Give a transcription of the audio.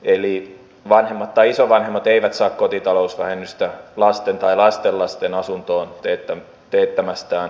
eli vanhemmat tai isovanhemmat eivät saa kotitalousvähennystä lasten tai lastenlasten asuntoon teettämästään remontista